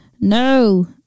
no